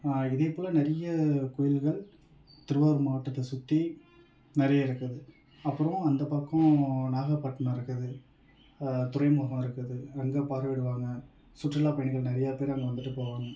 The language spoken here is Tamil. இதேப்போல் நிறைய கோயில்கள் திருவாரூர் மாவட்டத்தை சுற்றி நிறைய இருக்குது அப்புறம் அந்த பக்கம் நாகப்பட்டினம் இருக்குது துறைமுகம் இருக்குது அங்கே பார்வையிடுவாங்க சுற்றுலா பயணிகள் நிறையா பேர் அங்கே வந்துட்டு போவாங்க